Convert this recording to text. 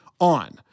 on